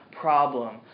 problem